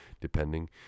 depending